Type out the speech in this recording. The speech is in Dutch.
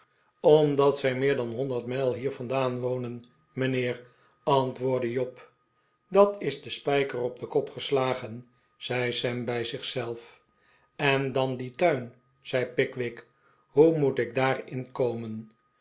omdat zij meer dan honderd mijl hier vandaan wonen mijnheer antwoordde job dat is den spijker op den kop geslagen zei sam bij zich zelf en dan die tuin zei pickwick hoe moet ik daar in komen